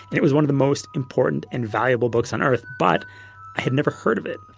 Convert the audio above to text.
it was one of the most important and valuable books on earth but i had never heard of it.